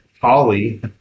Holly